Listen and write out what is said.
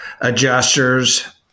adjusters